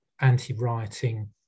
anti-rioting